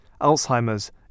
Alzheimer's